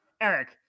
Eric